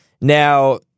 Now